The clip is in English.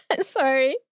Sorry